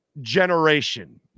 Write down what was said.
generation